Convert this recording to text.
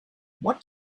what